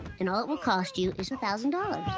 and all it will cost you is a thousand dollars.